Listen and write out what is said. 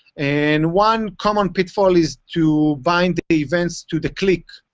and one common pitfall is to bind events to the click.